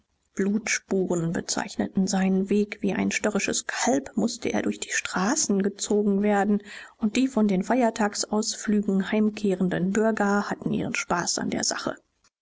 blutspuren bezeichneten seinen weg wie ein störrisches kalb mußte er durch die straßen gezogen werden und die von den feiertagsausflügen heimkehrenden bürger hatten ihren spaß an der sache